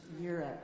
Europe